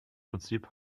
prinzip